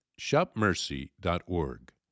shopmercy.org